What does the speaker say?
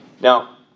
Now